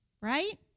right